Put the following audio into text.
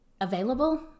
available